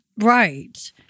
right